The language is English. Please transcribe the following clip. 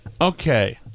Okay